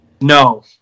No